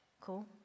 Cool